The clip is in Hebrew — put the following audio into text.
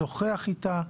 לשוחח איתה,